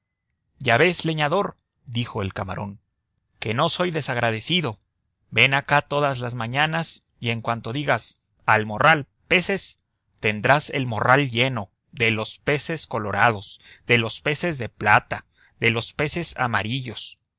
ya ves leñador le dijo el camarón que no soy desagradecido ven acá todas las mañanas y en cuanto digas al morral peces tendrás el morral lleno de los peces colorados de los peces de plata de los peces amarillos